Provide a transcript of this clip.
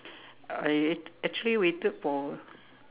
I actually waited for